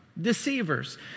Deceivers